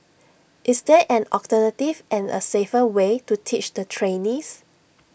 is there an alternative and A safer way to teach the trainees